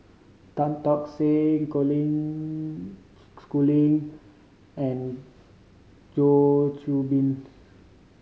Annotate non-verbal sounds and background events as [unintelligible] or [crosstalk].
Tan Tock San Colin [unintelligible] Schooling and Goh Qiu Bin [unintelligible]